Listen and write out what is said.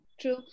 True